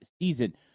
season